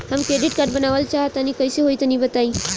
हम credit card बनवावल चाह तनि कइसे होई तनि बताई?